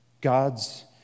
God's